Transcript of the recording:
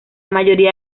mayoría